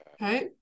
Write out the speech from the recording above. right